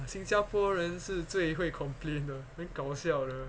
新加坡人是最会 complain 的很搞笑 uh